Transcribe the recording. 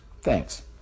Thanks